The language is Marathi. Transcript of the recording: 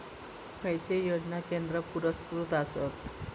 खैचे योजना केंद्र पुरस्कृत आसत?